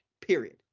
period